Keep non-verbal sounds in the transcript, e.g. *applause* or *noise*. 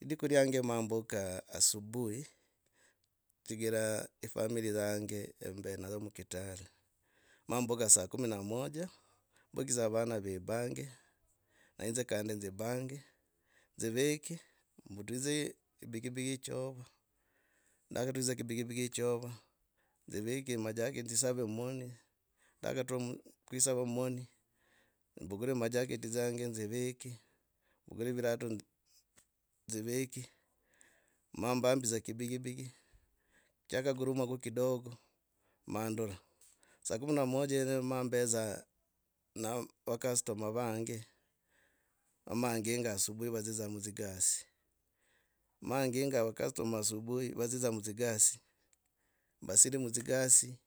Lidiku kyange ma mbuka asubuhi, chigira *hesitation* family yange mbe nayo mukitale. Ma mbuka saa kumi na moja. mbukidza vana vebange na inze kandi nubange nzivike, nzivike majacket nzisave mumoni, ndakaturamu, kwisava mumoni, mbugure majackect dzange nzivike, mbugure virato nzivige ma mbavidza kibigibigi chaga gurumako kidogo ma dude. Saa kumi na moja yeneyo ma mbedza na vacustomer vange na manginga asubuhi vadziza mutsigasi. ma nginga vacustomer asubuhi vadziza mutsigasi, vasiri mutsigasi